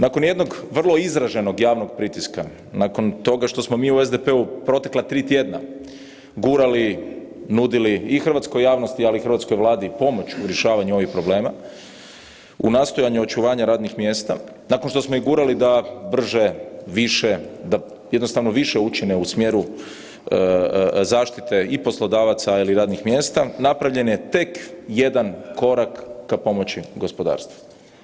Nakon jednog vrlo izraženog javnog pritiska, nakon toga što smo mi u SDP-u protekla tri tjedna gurali, nudili i hrvatskoj javnosti, ali i hrvatskoj Vladi pomoć u rješavanju ovih problema u nastojanju očuvanja radnih mjesta, nakon što smo ih gurali da brže, više da jednostavno više učine u smjeru zaštite i poslodavaca, ali i radnih mjesta, napravljen je tek jedan korak k pomoći gospodarstvu.